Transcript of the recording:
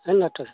ہے نا ڈاکٹر